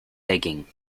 digging